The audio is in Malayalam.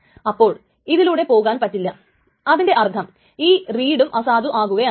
അപ്പോൾ ഇതിലൂടെ പോകാൻ പറ്റില്ല അതിൻറെ അർത്ഥം ഈ റീഡും അസാധു ആകുകയാണ്